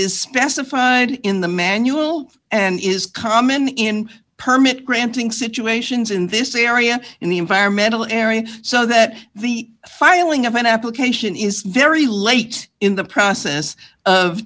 is specified in the manual and is common in permit granting situations in this area in the environmental area so that the filing of an application is very late in the process